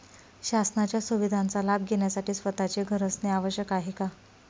शासनाच्या सुविधांचा लाभ घेण्यासाठी स्वतःचे घर असणे आवश्यक आहे का?